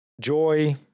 joy